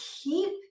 keep